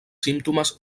símptomes